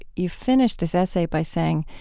you finished this essay by saying,